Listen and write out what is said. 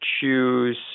choose